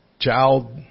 child